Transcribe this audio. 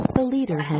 the leader